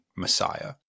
Messiah